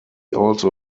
also